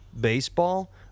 baseball